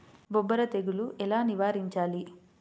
బొబ్బర తెగులు ఎలా నివారించాలి?